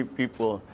people